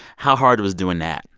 how hard was doing that?